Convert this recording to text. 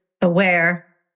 aware